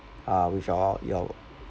uh with your your